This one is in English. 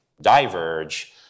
diverge